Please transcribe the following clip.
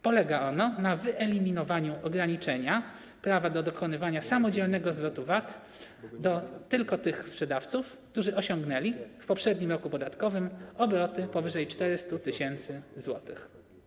Polega ono na wyeliminowaniu ograniczenia prawa do dokonywania samodzielnego zwrotu VAT do tylko tych sprzedawców, którzy osiągnęli w poprzednim roku podatkowym obroty powyżej 400 tys. zł.